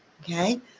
okay